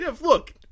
look